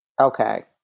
Okay